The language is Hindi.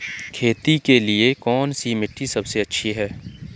खेती के लिए कौन सी मिट्टी सबसे अच्छी है?